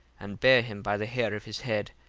and bare him by the hair of his head,